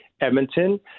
Edmonton